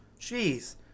Jeez